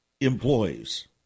employees